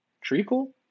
Treacle